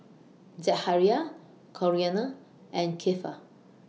Zachariah Corinna and Keifer